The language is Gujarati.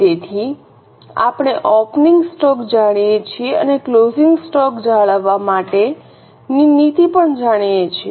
તેથી આપણે ઓપનિંગ સ્ટોક જાણીએ છીએ અને ક્લોઝિંગ સ્ટોક જાળવવા માટેની નીતિ પણ જાણીએ છીએ